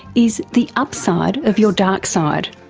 is the upside of your dark side.